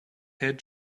head